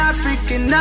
African